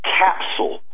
capsule